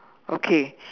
okay